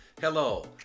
Hello